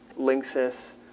Linksys